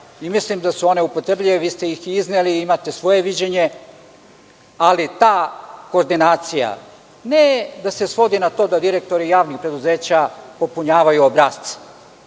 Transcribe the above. mislim da su one upotrebljive, vi ste ih i izneli i imate svoje viđenje, ali ta koordinacija ne da se svodi na to da direktori javnih preduzeća popunjavaju obrasce. To